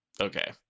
Okay